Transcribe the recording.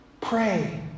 Pray